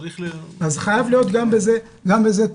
צריך --- אז חייב להיות גם בזה תקן,